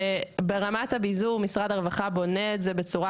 ברמת הביזור משרד הרווחה בונה את זה בצורה